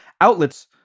outlets